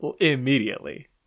immediately